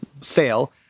sale